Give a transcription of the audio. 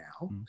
now